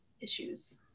issues